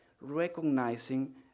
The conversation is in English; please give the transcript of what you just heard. recognizing